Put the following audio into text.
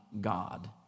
God